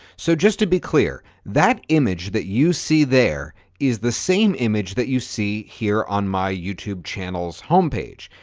so just to be clear, that image that you see there is the same image that you see here on my youtube channel's home page.